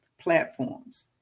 platforms